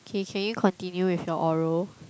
Kay can you continue with your oral